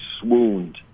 swooned